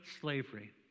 slavery